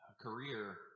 career